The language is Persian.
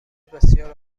بسیار